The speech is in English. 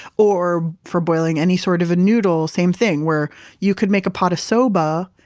or for boiling any sort of a noodle, same thing where you could make a pot of soba,